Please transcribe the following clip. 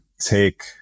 take